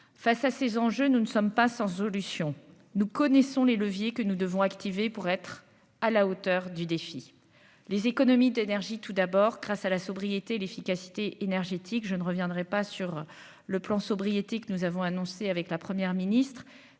face à ces enjeux, nous ne sommes pas sans solution, nous connaissons les leviers que nous devons activé pour être à la hauteur du défi, les économies d'énergie, tout d'abord grâce à la sobriété et l'efficacité énergétique, je ne reviendrai pas sur le plan sobriété que nous avons annoncé avec la Première ministre